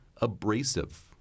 abrasive